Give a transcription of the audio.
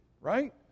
right